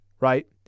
right